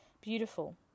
Beautiful